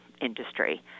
industry